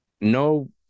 no